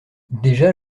déjà